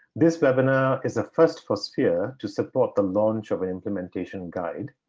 this webinar is a first for sphere to support the launch of an implementation guide.